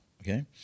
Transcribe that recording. okay